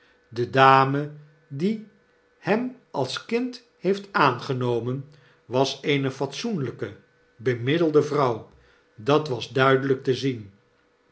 de dame die hem als kind heeft aangenomen was eene fatsoenlyke bemiddelde vrouw dat was duidelijk te zien